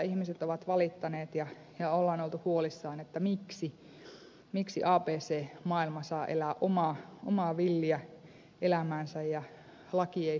ihmiset ovat valittaneet ja on oltu huolissaan miksi abc maailma saa elää omaa villiä elämäänsä ja laki ei sitä säätele